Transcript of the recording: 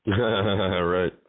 right